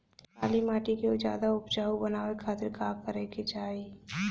काली माटी के ज्यादा उपजाऊ बनावे खातिर का करे के चाही?